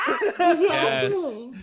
Yes